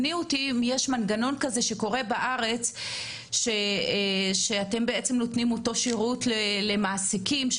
יש מנגנון כזה שקורה בארץ שאתם נותנים שירות למעסיקים,